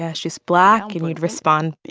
yeah she's black. and you'd respond.